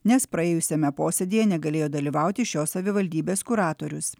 nes praėjusiame posėdyje negalėjo dalyvauti šios savivaldybės kuratorius